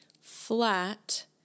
flat